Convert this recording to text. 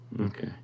okay